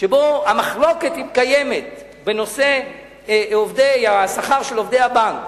שבו המחלוקת, אם קיימת, בנושא שכר עובדי הבנק,